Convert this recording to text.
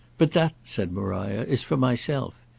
but that, said maria, is for myself.